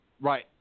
Right